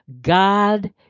God